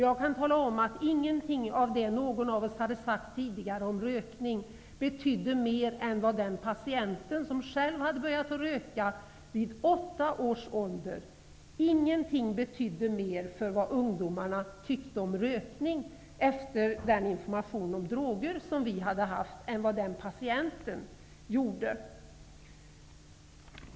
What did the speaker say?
Jag kan tala om att ingenting av det någon av oss på skolan tidigare hade sagt om rökning betydde mer för ungdomarnas åsikter om denna efter den information om droger som vi hade haft än vad den patienten -- som själv hade börjat röka vid åtta års ålder -- gjorde.